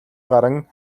гаран